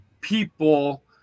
people